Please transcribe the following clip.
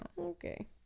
Okay